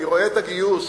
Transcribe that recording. אני רואה את הגיוס.